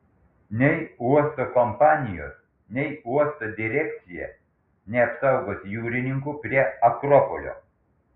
nei uosto kompanijos nei uosto direkcija neapsaugos jūrininkų prie akropolio